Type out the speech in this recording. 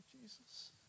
Jesus